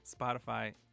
Spotify